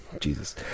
Jesus